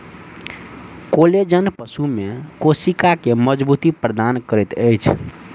collagen पशु में कोशिका के मज़बूती प्रदान करैत अछि